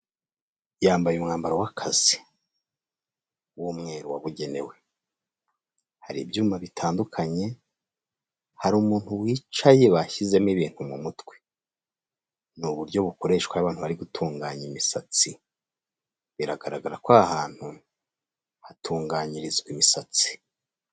Yambaye umwambaro w'akazi. W'umwe, wabugenewe. Hari ibyuma bitandukanye, hari umuntu wicaye, bashyizemo ibintu mu mutwe. Ni uburyo bukoreshwa iyo abantu bari gutunganya imisatsi. Biragaragara ko aha hantu hatunganyirizwa imisatsi.